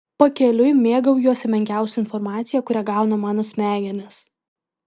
pakeliui mėgaujuosi menkiausia informacija kurią gauna mano smegenys